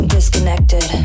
Disconnected